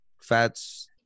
fats